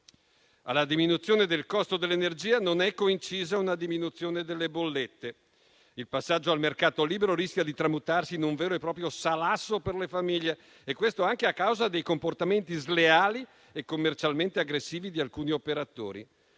Alla diminuzione del costo dell'energia non è coincisa una diminuzione delle bollette. Il passaggio al mercato libero rischia di tramutarsi in un vero e proprio salasso per le famiglie, anche a causa dei comportamenti sleali e commercialmente aggressivi di alcuni operatori.